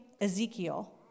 Ezekiel